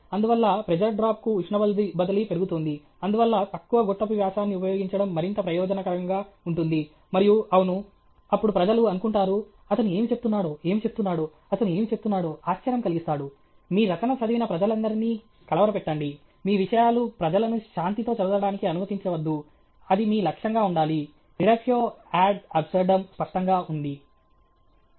అందువల్ల ప్రెజర్ డ్రాప్కు ఉష్ణ బదిలీ పెరుగుతోంది అందువల్ల తక్కువ గొట్టపు వ్యాసాన్ని ఉపయోగించడం మరింత ప్రయోజనకరంగా ఉంటుంది మరియు అవును అప్పుడు ప్రజలు అనుకుంటారు అతను ఏమి చెప్తున్నాడో ఏమి చెప్తున్నాడో అతను ఏమి చెబుతున్నాడో ఆశ్చర్యం కలిగిస్తాడు మీ రచన చదివిన ప్రజలందరినీ కలవరపెట్టండి మీ విషయాలు ప్రజలను శాంతితో చదవడానికి అనుమతించవద్దు అది మీ లక్ష్యంగా ఉండాలి రిడక్షయో యాడ్ అబ్సర్డ్యం స్పష్టంగా ఉంది